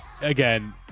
again